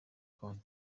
konti